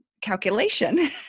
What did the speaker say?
calculation